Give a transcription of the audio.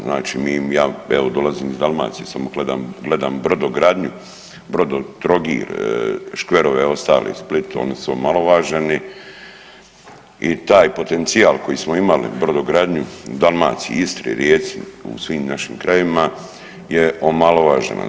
Znači mi, ja evo dolazim iz Dalmacije samo gledam, gledam brodogradnju Brodotrogir, škverove ostale i Split, oni su omalovaženi i taj potencijal koji smo imali brodogradnju u Dalmaciji, Istri, Rijeci u svim našim krajevima je omalovažen.